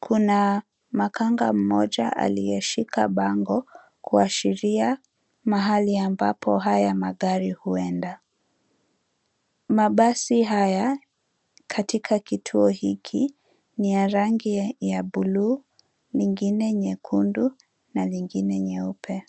Kuna makanga mmoja aliyeshika bango kuashiria mahali ambapo haya magari huenda. Mabasi haya katika kituo hiki ni ya rangi ya blue , lingine nyekundu na lingine nyeupe.